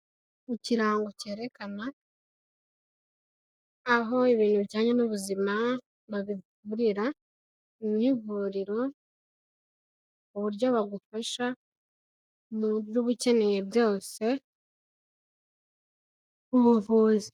Ikirango cyerekana aho ibintu bijyanye n'ubuzima babivurira, mu ivuriro uburyo bagufasha mu byo uba ukeneye byose mu buvuzi.